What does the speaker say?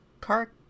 Car